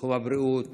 בתחום הבריאות,